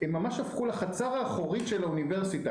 הם ממש הפכו לחצר האחורית של האוניברסיטה.